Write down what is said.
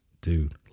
dude